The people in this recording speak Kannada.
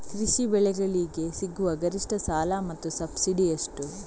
ಕೃಷಿ ಬೆಳೆಗಳಿಗೆ ಸಿಗುವ ಗರಿಷ್ಟ ಸಾಲ ಮತ್ತು ಸಬ್ಸಿಡಿ ಎಷ್ಟು?